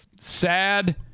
sad